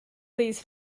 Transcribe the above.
these